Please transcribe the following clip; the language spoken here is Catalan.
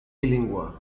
bilingüe